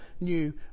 new